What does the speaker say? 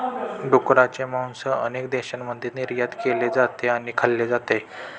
डुकराचे मांस अनेक देशांमध्ये निर्यात केले जाते आणि खाल्ले जाते